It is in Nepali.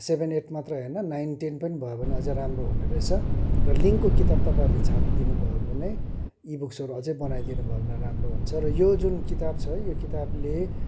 सेभेन एट मात्रै होइन नाइन टेन पनि भयो भने अझै राम्रो हुने रहेछ र लिङ्कको किताब तपाईँहरूले छापिदिनु भयो भने इबुक्सहरू अझै बनाइदिनु भयो भने राम्रो हुन्छ र यो जुन किताब छ यो किताबले